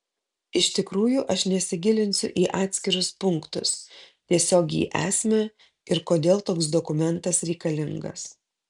iš tikrųjų aš nesigilinsiu į atskirus punktus tiesiog į esmę ir kodėl toks dokumentas reikalingas